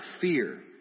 fear